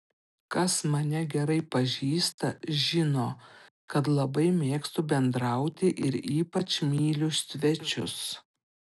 kas mane gerai pažįsta žino kad labai mėgstu bendrauti ir ypač myliu svečius